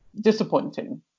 disappointing